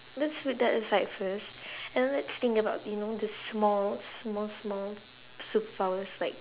let's put that aside first and let's think about you know the small small small superpowers like